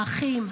האחים,